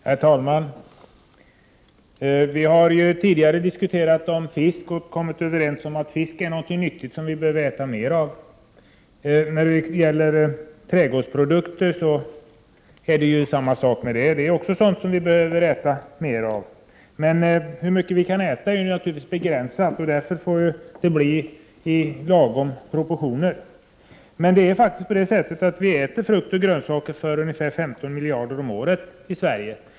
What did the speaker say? Herr talman! Vi har tidigare diskuterat fisk och kommit överens om att det är någonting nyttigt som vi behöver äta mer av. Det är samma sak när det gäller trädgårdsprodukter. Det behöver vi också äta mera av. Det finns naturligtvis begränsningar för hur mycket vi kan äta. Det får därför ske i lagom proportioner. Vi äter faktiskt frukt och grönsaker för ungefär 15 miljarder kronor om året i Sverige.